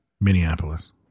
Minneapolis